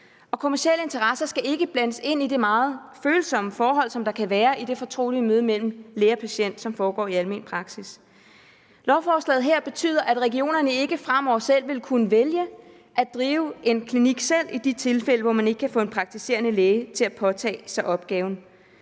Og kommercielle interesser skal ikke blandes ind i det meget følsomme forhold, der kan være i det fortrolige møde mellem læge og patient, som foregår i almen praksis. Lovforslaget her betyder, at regionerne ikke fremover vil kunne vælge at drive en klinik selv i de tilfælde, hvor man ikke kan få en praktiserende læge til at påtage sig opgaven.